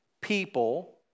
people